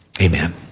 Amen